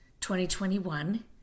2021